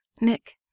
Nick